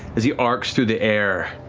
as he arcs through the air